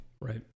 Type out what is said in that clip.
Right